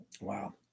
Wow